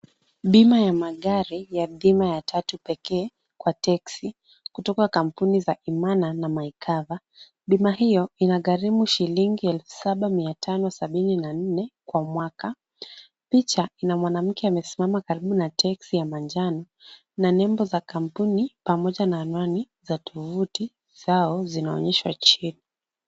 Bima ya magari ya dhima ya tatu pekee kwa teksi, kutoka kampuni za Imana na my cover. Bima hiyo inagharimu shilingi elfu saba mia tano sabini na nne kwa mwaka. Picha ina mwanamke amesimama karibu na teksi ya manjano na nembo za kampuni pamoja na anwani za tovuti sawa zinaonyeshwa chini.